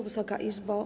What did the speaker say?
Wysoka Izbo!